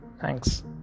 Thanks